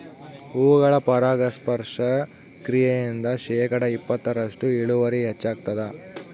ಹೂಗಳ ಪರಾಗಸ್ಪರ್ಶ ಕ್ರಿಯೆಯಿಂದ ಶೇಕಡಾ ಇಪ್ಪತ್ತರಷ್ಟು ಇಳುವರಿ ಹೆಚ್ಚಾಗ್ತದ